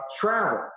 travel